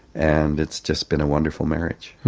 and it's just been a wonderful marriage.